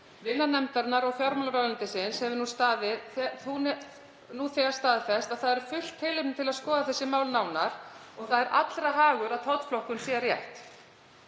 Vinna nefndarinnar og fjármálaráðuneytisins hefur nú þegar staðfest að fullt tilefni er til að skoða þessi mál nánar og það er allra hagur að tollflokkun sé rétt.